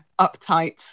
uptight